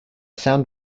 sound